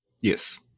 Yes